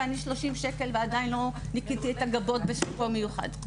ואני משלמת 30 שקל ועדיין לא ניקיתי את הגבות בשמפו מיוחד?